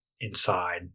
inside